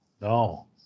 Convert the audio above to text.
No